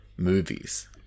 Movies